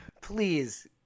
please